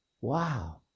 Wow